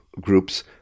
groups